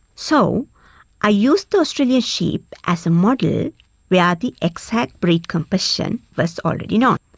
so i used the australian sheep as a model where the exact breed composition was already known.